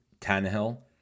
Tannehill